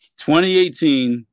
2018